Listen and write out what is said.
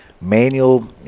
Manual